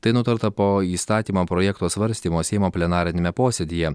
tai nutarta po įstatymo projekto svarstymo seimo plenariniame posėdyje